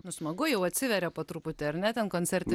nu smagu jau atsiveria po truputį ar ne ten koncerte